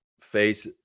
face